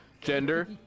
Gender